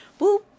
boop